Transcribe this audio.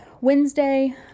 Wednesday